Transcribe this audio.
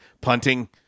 punting